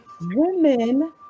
women